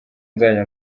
nzajya